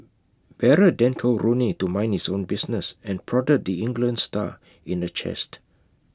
Barrett then told Rooney to mind his own business and prodded the England star in the chest